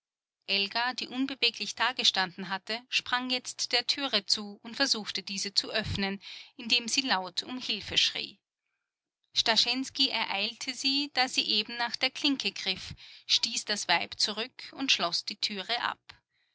elga die unbeweglich dagestanden hatte sprang jetzt der türe zu und versuchte diese zu öffnen indem sie laut um hülfe schrie starschensky ereilte sie da sie eben nach der klinke griff stieß das weib zurück und schloß die türe ab